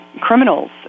criminals